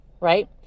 right